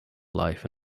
life